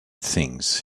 things